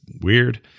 weird